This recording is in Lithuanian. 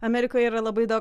amerikoje yra labai daug